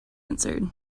answered